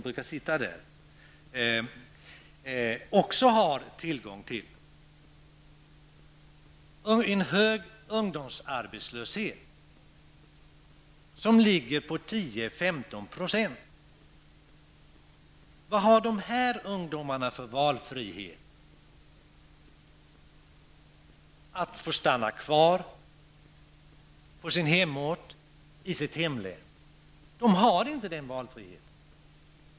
Dessa siffror visar på en hög ungdomsarbetslöshet, 10-- 15 %. Vad har dessa ungdomar för valfrihet att få stanna kvar på sin hemort, i sitt hemlän? De har inte denna valfrihet.